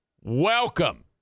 Welcome